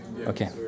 Okay